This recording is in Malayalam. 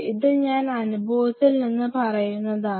ഇത് ഞാൻ അനുഭവത്തിൽ നിന്ന് പറയുന്നതാണ്